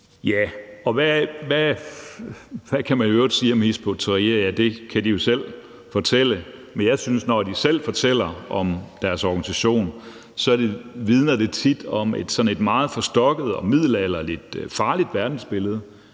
det er. Hvad kan man i øvrigt sige om Hizb ut-Tahrir? Det kan de jo selv fortælle, men jeg synes, at når de selv fortæller om deres organisation, erdet tit et meget forstokket, middelalderligt og farligt verdensbillede,